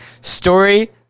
Story